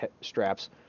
straps